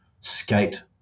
skate